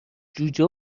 جوجه